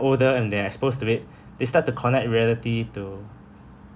older and they're exposed to it they start to connect reality to